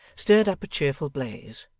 stirred up a cheerful blaze,